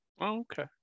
okay